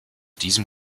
diesem